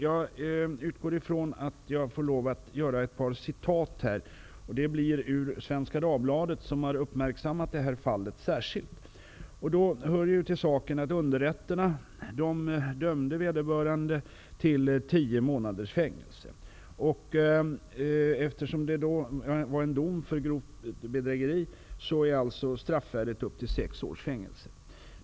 Jag utgår dock från att jag får ta ett par citat, bl.a. ur Svenska Dagbladet, som har uppmärksammat det här fallet särskilt. Det hör till saken att underrätterna dömde vederbörande till tio månaders fängelse, och eftersom det var en dom för grovt bedrägeri är straffvärdet upp till sex års fängelse.